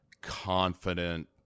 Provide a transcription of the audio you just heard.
confident